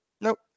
Nope